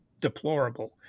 deplorable